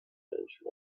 intention